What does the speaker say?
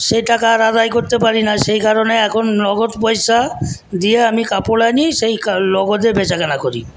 সে টাকা আর আদায় করতে পারি না সেই কারণে এখন নগদ পয়সা দিয়ে আমি কাপড় আনি সেই নগদে বেচাকেনা করি